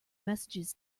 messages